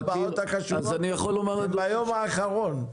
כל ההצבעות החשובות הן ביום האחרון.